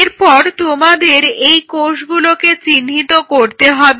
এরপর তোমাদের এই কোষগুলোকে চিহ্নিত করতে হবে